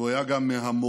והוא היה גם מהמורישים.